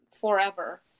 forever